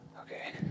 Okay